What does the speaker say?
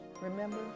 remember